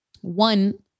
One